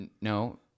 no